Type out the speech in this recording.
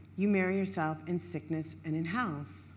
you marry yourself in sickness and in health.